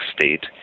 state